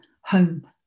home